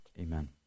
amen